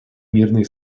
мирные